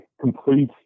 complete